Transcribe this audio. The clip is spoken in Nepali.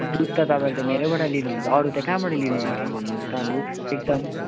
दुध त तपाईँले त मेरैबाट लिनुहुन्छ अरू त कहाँबाट लिनुभयो भन्नुहोस् त लु एकदम